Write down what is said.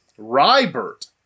RYBERT